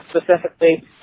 specifically